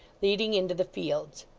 leading into the fields.